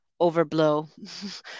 overblow